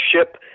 ship